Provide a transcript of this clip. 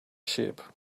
sheep